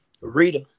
Rita